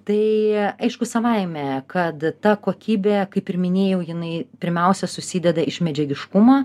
tai aišku savaime kad ta kokybė kaip ir minėjau jinai pirmiausia susideda iš medžiagiškumo